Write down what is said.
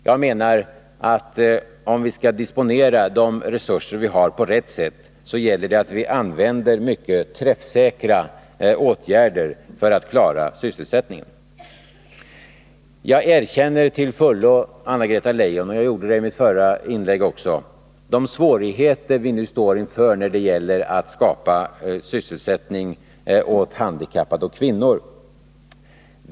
Men om vi på rätt sätt skall disponera de resurser vi har, gäller det att vi använder mycket träffsäkra åtgärder för att klara sysselsättningen. Jag erkänner till fullo — jag gjorde det även i mitt förra inlägg — de svårigheter vi nu står inför när det gäller att skapa sysselsättning åt handikappade och kvinnor.